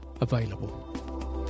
available